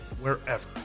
wherever